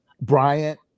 Bryant